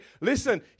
listen